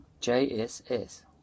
J-S-S